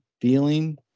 feeling